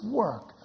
work